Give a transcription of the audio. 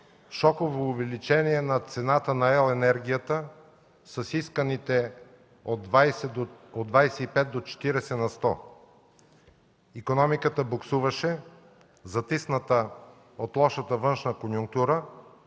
шоково увеличение на цената на ел. енергията с исканите от 25 до 40 на сто. Икономиката буксуваше, затисната от лошата външна конюнктура,